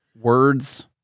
words